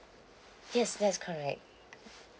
yes that's correct